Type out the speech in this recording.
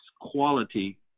quality